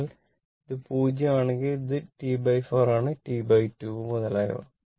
അതിനാൽ ഇത് 0 ആണെങ്കിൽ അത് T4 ആണ് T2 മുതലായവ